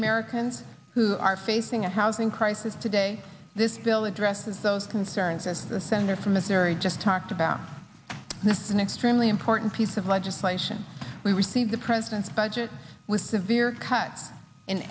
americans who are facing a housing crisis today this bill addresses those concerns as the senator from missouri just talked about an extremely important piece of legislation we received the president's budget with severe cuts in